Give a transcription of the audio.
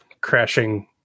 crashing